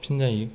साबसिन जायो